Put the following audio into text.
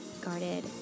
guarded